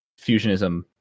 fusionism